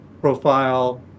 profile